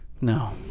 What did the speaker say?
No